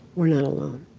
we're not alone.